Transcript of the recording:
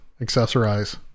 accessorize